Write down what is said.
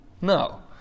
No